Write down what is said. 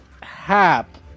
Hap